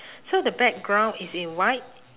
so the background is in white